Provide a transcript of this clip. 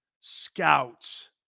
Scouts